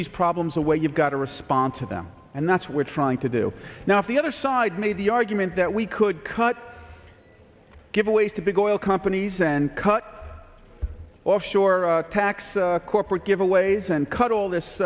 these problems away you've got to respond to them and that's we're trying to do now is the other side made the argument that we could cut giveaways to big oil companies and cut off shore tax corporate giveaways and cut all this